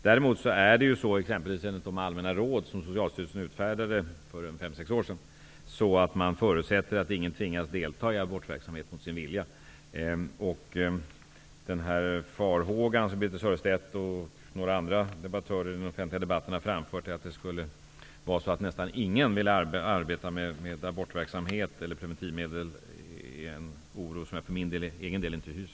Däremot förutsätter man att ingen tvingas delta i abortverksamhet mot sin vilja bl.a. enligt de allmänna råd som Socialstyrelsen utfärdade för fem sex år sedan. Den farhåga som Birthe Sörestedt och några andra debattörer i den offentliga debatten har framfört att nästan ingen skulle vilja arbeta med abortverksamhet och preventivmedel är en oro som jag för egen del inte hyser.